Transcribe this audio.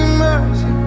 mercy